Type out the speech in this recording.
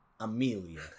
Amelia